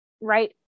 right